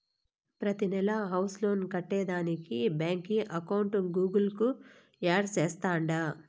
ప్రతినెలా house loan కట్టేదానికి బాంకీ అకౌంట్ గూగుల్ కు యాడ్ చేస్తాండా